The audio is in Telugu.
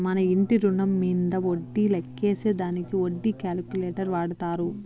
మన ఇంటి రుణం మీంద వడ్డీ లెక్కేసే దానికి వడ్డీ క్యాలిక్యులేటర్ వాడతారు